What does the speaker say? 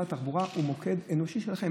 מוקד אנושי שלכם,